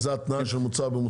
אז זו התניה של מוצר במוצר?